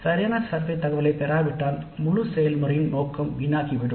சரியான கணக்கெடுப்புத் தரவைப் பெறாவிட்டால் முழு செயல்முறையின் நோக்கம் வீணாகிவிடும்